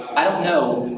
i don't know,